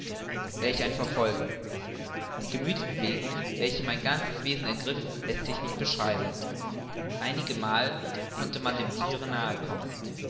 welch ein verfolgen die gemüthsbewegung welche mein ganzes wesen ergriff läßt sich nicht beschreiben einigemal konnte man dem thiere nahe kommen